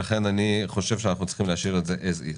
לכן אני חושב שצריך להשאיר את שיעור